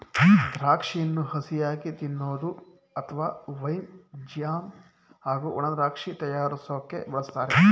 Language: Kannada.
ದ್ರಾಕ್ಷಿಯನ್ನು ಹಸಿಯಾಗಿ ತಿನ್ಬೋದು ಅತ್ವ ವೈನ್ ಜ್ಯಾಮ್ ಹಾಗೂ ಒಣದ್ರಾಕ್ಷಿ ತಯಾರ್ರ್ಸೋಕೆ ಬಳುಸ್ತಾರೆ